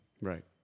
Right